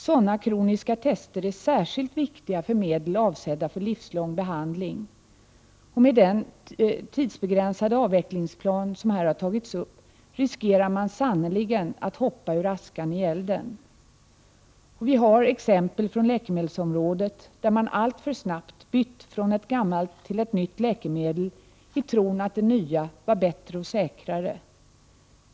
Sådana kroniska tester är särskilt viktiga för medel avsedda för livslång behandling. Med en tidsbegränsad avvecklingsplan riskerar man sannerligen att hoppa ur askan i elden. Vi har exempel från läkemedelsområdet där man alltför snabbt bytt från ett gammalt till ett nytt läkemedel i tron att det nya var bättre och säkrare.